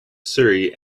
surrey